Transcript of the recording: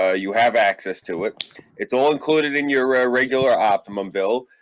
ah you have access to it it's all included in your regular optimum bill,